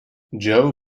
joe